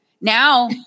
Now